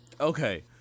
Okay